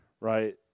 Right